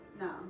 No